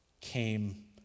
came